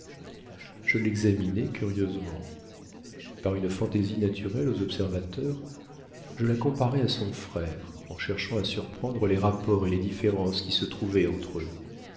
je l'examinai curieusement par une fantaisie naturelle aux observateurs je la comparais à son frère en cherchant à surprendre les rapports et les différences qui se trouvaient entre eux